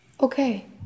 Okay